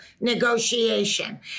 negotiation